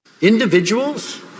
Individuals